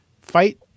Fight